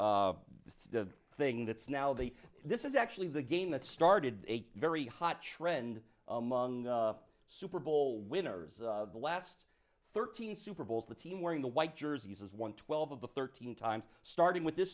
it's the thing that's now the this is actually the game that started a very hot trend among super bowl winners the last thirteen super bowls the team wearing the white jerseys as one twelve of the thirteen times starting with th